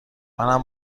منم